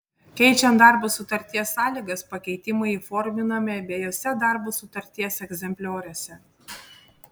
keičiant darbo sutarties sąlygas pakeitimai įforminami abiejuose darbo sutarties egzemplioriuose